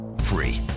Free